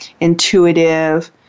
intuitive